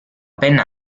penna